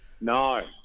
No